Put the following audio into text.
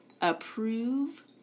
approve